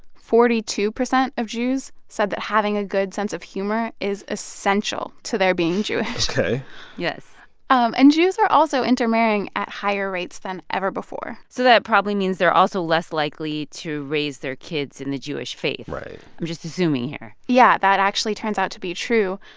forty two percent of jews said that having a good sense of humor is essential to their being jewish ok yes and jews are also intermarrying at higher rates than ever before so that probably means they're also less likely to raise their kids in the jewish faith right i'm just assuming here yeah, that actually turns out to be true.